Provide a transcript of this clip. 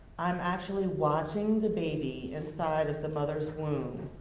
i'm actually watching the baby, inside of the mother's womb,